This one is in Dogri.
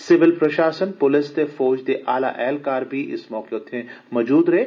सिविल प्रशासन प्लस ते फौज दे आला ऐहलकार बी इस मौके उत्थे मौजूद रेय